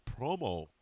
promo –